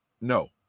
no